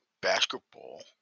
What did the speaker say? basketball